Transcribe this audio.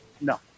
no